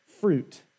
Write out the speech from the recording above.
fruit